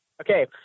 Okay